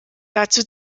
dazu